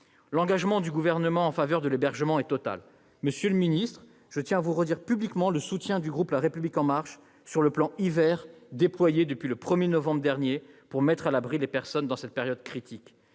L'engagement du Gouvernement en faveur de l'hébergement est total. Monsieur le ministre, je tiens à vous redire publiquement le soutien du groupe La République En Marche sur le plan Hiver déployé depuis le 1 novembre dernier pour mettre à l'abri les personnes dans cette période critique.